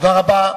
תודה רבה.